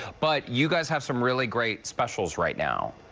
but you guys have some really great specials right now.